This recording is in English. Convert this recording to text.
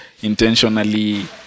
intentionally